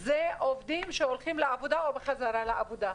אלה עובדים שהולכים לעבודה או בחזרה מהעבודה,